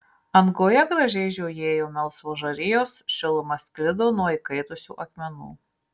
angoje gražiai žiojėjo melsvos žarijos šiluma sklido nuo įkaitusių akmenų